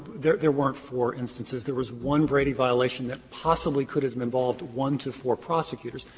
there there weren't four instances. there was one brady violation that possibly could have involved one to four prosecutors.